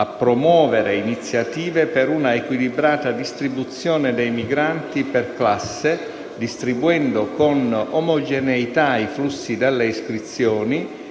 «a promuovere iniziative per una equilibrata distribuzione dei migranti per classe, distribuendo con omogeneità i flussi delle iscrizioni,